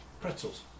pretzels